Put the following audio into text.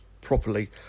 properly